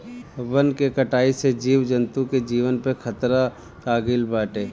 वन के कटाई से जीव जंतु के जीवन पे खतरा आगईल बाटे